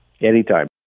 Anytime